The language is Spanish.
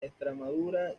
extremadura